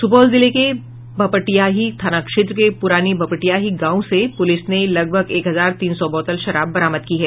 सुपौल जिले के भपटियाही थाना क्षेत्र के पुरानी भपटियाही गांव से पुलिस ने लगभग एक हजार तीन सौ बोतल शराब बरामद की है